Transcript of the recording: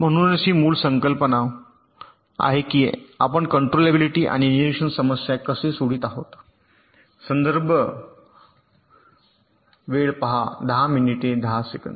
म्हणूनच ही मूळ कल्पना आहे की आपण कंट्रोलॅबिलिटी आणि निरिक्षण समस्या कसे सोडवित आहोत